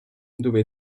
dove